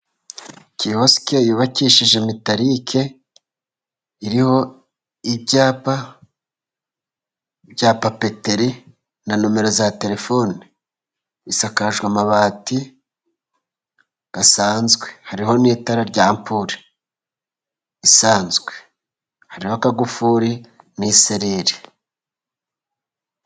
Kiyosiki yubakishije metalike iriho ibyapa bya papeteri na nomero za terefone. Isakajwe amabati asanzwe hariho n'itara ry'ampure isanzwe hariho n'akagufuri n'isereri.